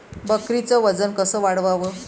बकरीचं वजन कस वाढवाव?